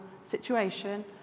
situation